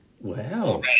Wow